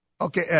Okay